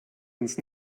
uns